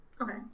Okay